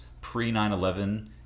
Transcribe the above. pre-9-11